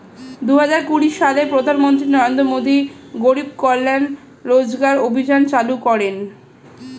দুহাজার কুড়ি সালে প্রধানমন্ত্রী নরেন্দ্র মোদী গরিব কল্যাণ রোজগার অভিযান চালু করেন